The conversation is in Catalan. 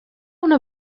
una